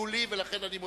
הודיעו לי, ולכן אני מודיע.